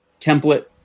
template